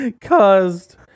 caused